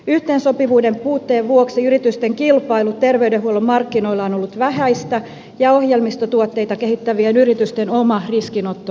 yhteensopivuuden puutteen vuoksi yritysten kilpailu terveydenhuollon markkinoilla on ollut vähäistä ja ohjelmistotuotteita kehittävien yritysten oma riskinotto heikkoa